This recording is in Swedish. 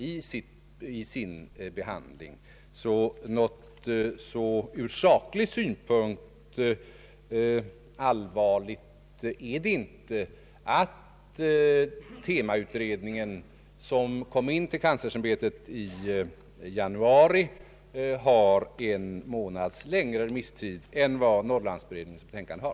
Från saklig synpunkt är det alltså inte så allvarligt att TEMA-utredningen, som kom in till kanslersämbetet i januari, har en månads längre remisstid än Norrlandsberedningens betänkande har.